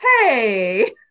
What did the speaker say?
hey